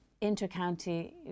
inter-county